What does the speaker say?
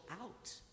out